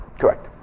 Correct